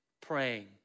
praying